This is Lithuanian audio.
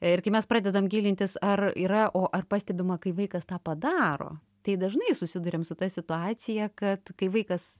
ir kai mes pradedam gilintis ar yra o ar pastebima kai vaikas tą padaro tai dažnai susiduriam su ta situacija kad kai vaikas